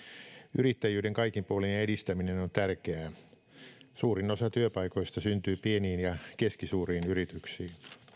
yrittäjyyden kaikinpuolinen edistäminen on tärkeää suurin osa työpaikoista syntyy pieniin ja keskisuuriin yrityksiin